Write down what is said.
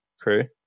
crew